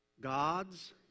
God's